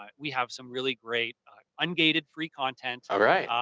um we have some really great ungated, free content. alright.